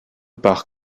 part